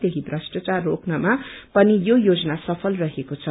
तयही भ्रष्टाचार रोक्नमा पनि यो योजना सफल रहेको छ